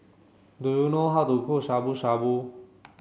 do you know how to cook Shabu Shabu